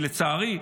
לצערי,